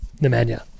Nemanja